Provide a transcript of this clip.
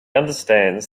understands